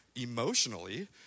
emotionally